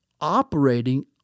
operating